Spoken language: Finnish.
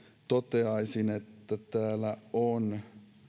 toteaisin että täällä on